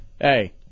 hey